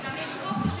כי גם יש אופציה.